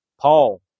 Paul